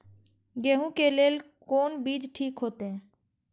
गेहूं के लेल कोन बीज ठीक होते?